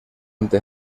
ante